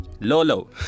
Lolo